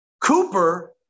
Cooper